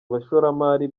abashoramari